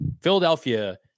philadelphia